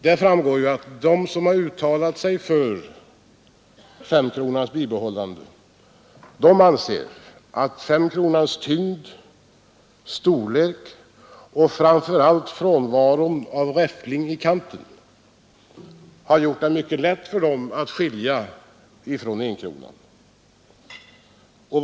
Det framgår att de som har uttalat sig för femkronans behållande anser att femkronans tyngd och storlek och framför allt frånvaron av reffling i kanten har gjort det mycket lätt för dem att skilja den från enkronan.